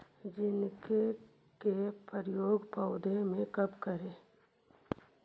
Zinc के प्रयोग पौधा मे कब करे?